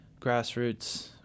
grassroots